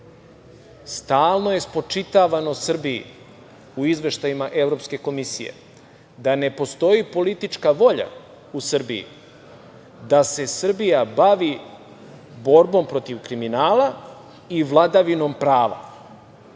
stalno spočitavano Srbiji u izveštajima Evropske komisije da ne postoji politička volja u Srbiji da se Srbija bavi borbom protiv kriminala i vladavinom prava.E